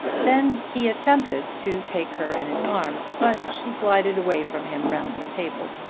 then he attempted to take her in his arms but she glided away from him round the table.